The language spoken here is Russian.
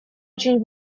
очень